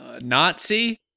Nazi